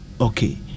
Okay